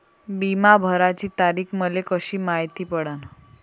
बिमा भराची तारीख मले कशी मायती पडन?